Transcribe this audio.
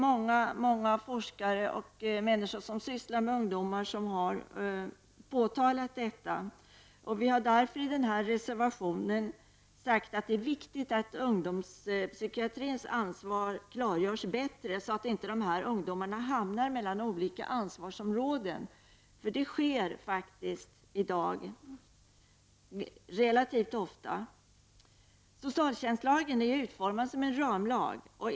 Många forskare och andra som sysslar med ungdomar har påtalat detta. Vi har därför i reservationen sagt att det är viktigt att ungdomspsykiatrins ansvar klargörs bättre, så att inte dessa ungdomar hamnar mellan olika ansvarsområden. Så sker faktiskt i dag relativt ofta. Socialtjänstlagen är utformad som en ramlag.